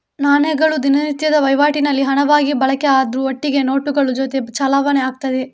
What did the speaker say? ನಾಣ್ಯಗಳು ದಿನನಿತ್ಯದ ವೈವಾಟಿನಲ್ಲಿ ಹಣವಾಗಿ ಬಳಕೆ ಆಗುದ್ರ ಒಟ್ಟಿಗೆ ನೋಟುಗಳ ಜೊತೆ ಚಲಾವಣೆ ಆಗ್ತದೆ